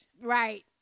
right